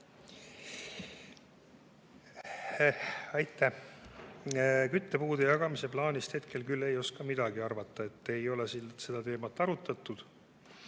Aitäh! Küttepuude jagamise plaanist küll ei oska midagi arvata, ei ole seda teemat arutatud.